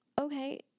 okay